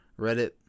Reddit